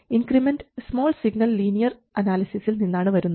increment small signal linear അനാലിസിസിൽ നിന്നാണ് വരുന്നത്